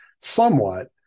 somewhat